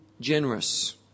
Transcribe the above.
generous